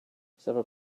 several